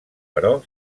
però